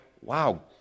wow